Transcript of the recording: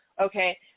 Okay